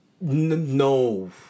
No